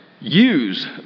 Use